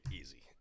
easy